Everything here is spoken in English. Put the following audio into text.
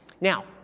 Now